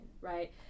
right